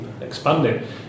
expanding